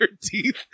teeth